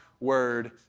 word